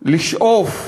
לשאוף,